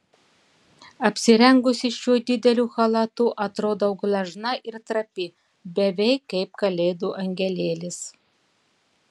apsirengusi šiuo dideliu chalatu atrodau gležna ir trapi beveik kaip kalėdų angelėlis